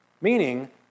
Meaning